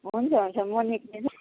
हुन्छ हुन्छ म निक्लिन्छु